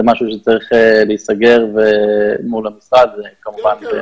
זה משהו שצריך להיסגר מול המשרד וכמובן בהסכמה.